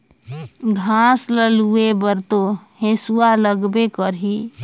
घास ल लूए बर तो हेसुआ लगबे करही